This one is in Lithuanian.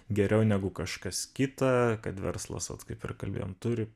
geriau negu kažkas kita kad verslas vat kaip ir kalbėjom turi